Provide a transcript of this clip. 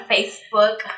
Facebook